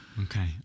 Okay